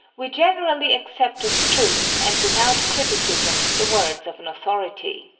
we generally accept as truth, and without criticism, the words of an authority.